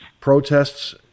protests